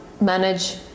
manage